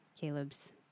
Caleb's